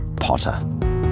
Potter